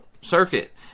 circuit